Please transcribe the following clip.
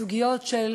בסוגיה של